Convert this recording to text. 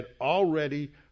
already